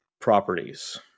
properties